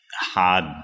hard